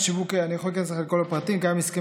אני יכול להיכנס איתך לכל הפרטים: קיים הסכם